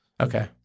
okay